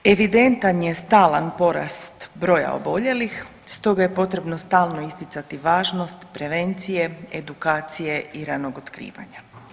Evidentan je stalan porast broja oboljelih stoga je potrebno stalno isticati važnost prevencije, edukacije i ranog otkrivanja.